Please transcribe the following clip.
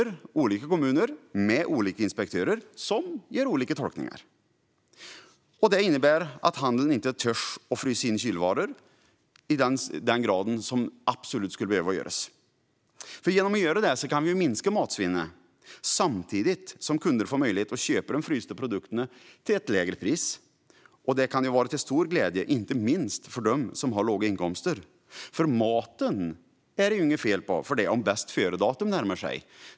I olika kommuner gör sedan olika inspektörer olika tolkningar. Det innebär att handeln inte törs frysa in kylvaror i den grad som absolut skulle behövas. Genom att göra det kan vi nämligen minska matsvinnet, samtidigt som kunder får möjlighet att köpa de frysta produkterna till ett lägre pris, vilket kan vara till stor glädje, inte minst för dem som har låga inkomster. Det är ju inte fel på maten bara för att bästföredatumet närmar sig.